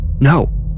No